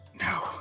No